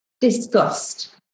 Disgust